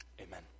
Amen